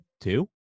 two